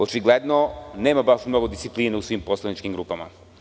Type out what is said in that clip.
Očigledno, nema baš mnogo discipline u svim poslaničkim grupama.